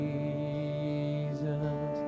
Jesus